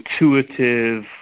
intuitive